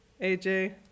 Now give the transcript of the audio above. AJ